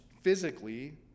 physically